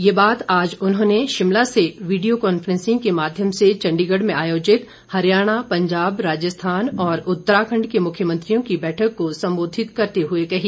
ये बात आज उन्होंने शिमला से वीडियो कांफेंसिंग के माध्यम से चंडीगढ़ में आयोजित हरियाणा पंजाब राजस्थान और उ ताराखंड के मुख्यमंत्रियों की बैठक को संबोधित करते हुए कही